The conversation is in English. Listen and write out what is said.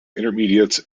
intermediates